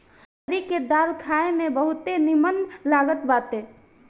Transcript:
रहरी के दाल खाए में बहुते निमन लागत बाटे